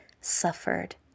suffered